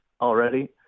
already